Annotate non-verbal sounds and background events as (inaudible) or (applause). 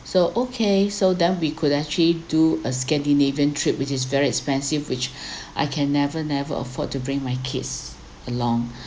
so okay so then we could actually do a scandinavian trip which is very expensive which (breath) I can never never afford to bring my kids along